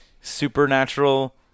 supernatural